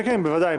כן, בוודאי.